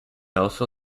also